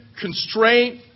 constraint